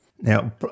Now